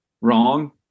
wrong